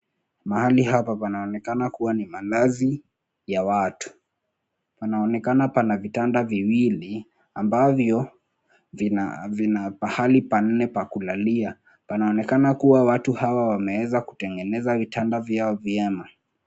Mahali hapa panaonekana kuwa ni malazi ya watu. Panaonekana pana vitanda viwili, ambavyo vina pahali panne pa kulalia. Panaonekana kuwa watu hawa wameweza kutengeneza vitanda vyao vyema.